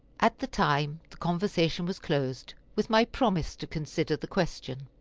at the time the conversation was closed, with my promise to consider the question.